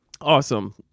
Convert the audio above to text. awesome